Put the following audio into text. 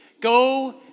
Go